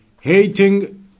hating